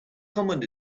common